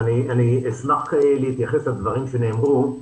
אשמח להתייחס לדברים שנאמרו.